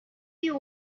you